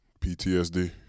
PTSD